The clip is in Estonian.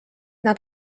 nad